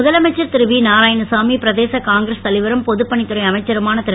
முதலமைச்சர் திரு வி நாராயணசாமி பிரதேச காங்கிர்ஸ் தலைவரும் பொதுப்பணித் துறை அமைச்சருமான திரு